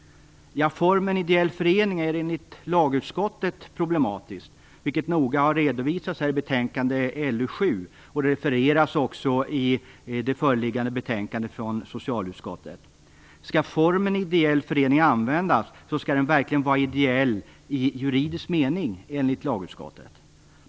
Ja, formen ideell förening är problematisk enligt lagutskottet, vilket noga har redovisats i betänkande LU7 och referats i det föreliggande betänkandet från socialutskottet. Skall formen ideell förening användas skall den verkligen vara ideell i juridisk mening, enligt lagutskottet.